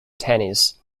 tennis